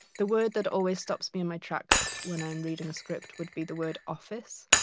the word that always stops me in my tracks when i'm reading a script would be the word office,